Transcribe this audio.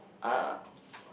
do a